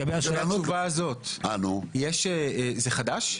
זה חדש?